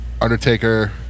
Undertaker